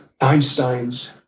Einstein's